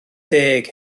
deg